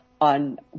on